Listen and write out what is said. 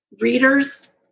readers